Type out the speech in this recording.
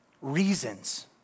reasons